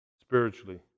spiritually